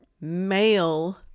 male